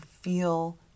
feel